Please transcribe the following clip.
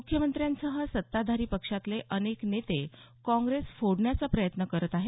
मुख्यमंत्र्यांसह सत्ताधारी पक्षातले अनेक नेते काँग्रेस फोडण्याचा प्रयत्न करत आहेत